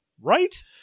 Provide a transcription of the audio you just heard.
Right